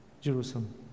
Jerusalem